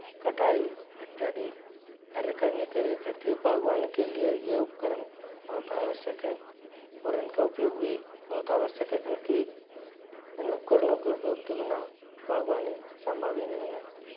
कटाई इत्यादि कार्य करने के लिए करते बागवानी के लिए ये उपकरण बहुत आवश्यक हैं और इनका उपयोग भी बहुत आवश्यक है इनकी इन उपकरणों के उपयोग के बिना बागवानी संभव ही नहीं है